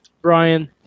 Brian